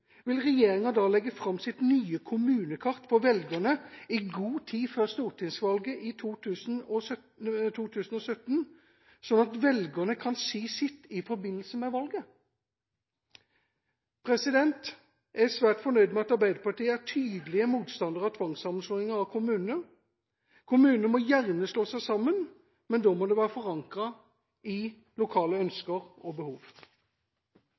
vil regjeringa da legge fram sitt nye kommunekart for velgerne i god tid før stortingsvalget i 2017, slik at velgerne kan si sitt i forbindelse med valget? Jeg er svært fornøyd med at Arbeiderpartiet er tydelige motstandere av tvangssammenslåing av kommuner. Kommunene må gjerne slå seg sammen, men da må det være forankret i lokale ønsker og behov.